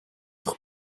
doch